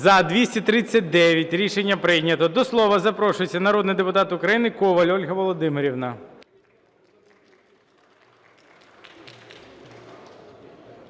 За-239 Рішення прийнято. До слова запрошується народний депутат України Коваль Ольга Володимирівна.